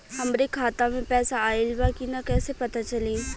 हमरे खाता में पैसा ऑइल बा कि ना कैसे पता चली?